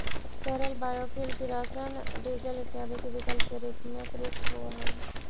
तरल बायोफ्यूल किरासन, डीजल इत्यादि के विकल्प के रूप में प्रयुक्त होवऽ हई